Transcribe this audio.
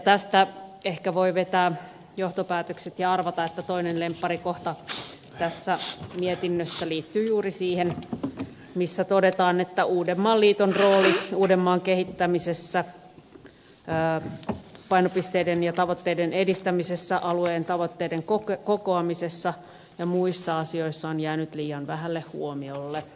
tästä ehkä voi vetää johtopäätökset ja arvata että toinen lempparikohtani tässä mietinnössä liittyy juuri siihen missä todetaan että uudenmaan liiton rooli uudenmaan kehittämisessä painopisteiden ja tavoitteiden edistämisessä alueen tavoitteiden kokoamisessa ja muissa asioissa on jäänyt liian vähälle huomiolle